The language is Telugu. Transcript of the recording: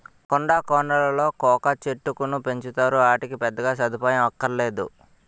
కొండా కోనలలో కోకా చెట్టుకును పెంచుతారు, ఆటికి పెద్దగా సదుపాయం అక్కరనేదు